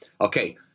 okay